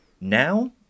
now